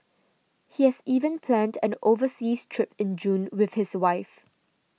he has even planned an overseas trip in June with his wife